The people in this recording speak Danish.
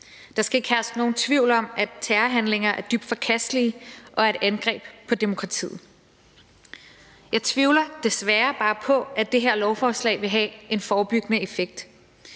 Der skal ikke herske nogen tvivl om, at terrorhandlinger er dybt forkastelige og et angreb på demokratiet. Jeg tvivler desværre bare på, at det her lovforslag vil have en forebyggende effekt.